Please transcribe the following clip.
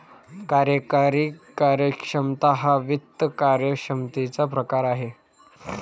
कार्यकारी कार्यक्षमता हा वित्त कार्यक्षमतेचा प्रकार आहे